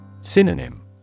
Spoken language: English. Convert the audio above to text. Synonym